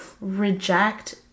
reject